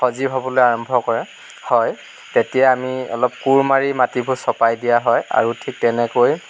সজীৱ হ'বলৈ আৰম্ভ কৰে হয় তেতিয়া আমি অলপ কোৰ মাৰি মাটিবোৰ চপাই দিয়া হয় আৰু ঠিক তেনেকৈ